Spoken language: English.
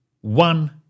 one